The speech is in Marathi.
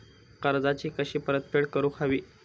कर्जाची कशी परतफेड करूक हवी?